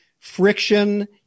Friction